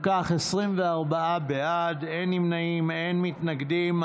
אם כך, 24 בעד, אין נמנעים, אין מתנגדים.